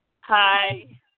Hi